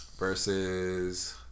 Versus